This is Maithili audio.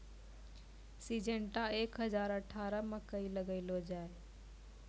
सिजेनटा एक हजार अठारह मकई लगैलो जाय?